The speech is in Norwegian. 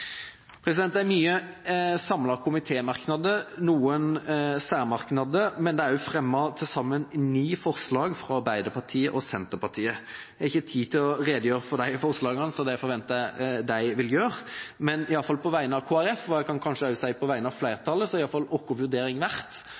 Det er mange felles komitémerknader og noen særmerknader, men det er også fremmet til sammen ni forslag fra Arbeiderpartiet og Senterpartiet. Jeg har ikke tid til å redegjøre for disse forslagene, det forventer jeg at de vil gjøre. Men på vegne av Kristelig Folkeparti, og kanskje også på vegne av flertallet, har vår vurdering